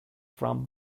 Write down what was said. from